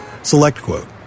Selectquote